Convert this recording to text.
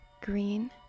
green